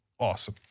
awesome.